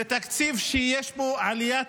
זה תקציב שיש בו עליית